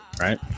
Right